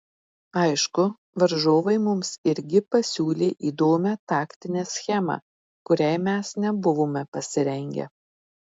aišku varžovai mums irgi pasiūlė įdomią taktinę schemą kuriai mes nebuvome pasirengę